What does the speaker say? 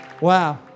Wow